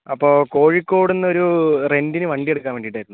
അപ്പോൾ കോഴിക്കോട് നിന്നൊരു റെൻറ്റിന് വണ്ടി എടുക്കാൻ വേണ്ടിയിട്ടായിരുന്നു